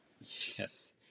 Yes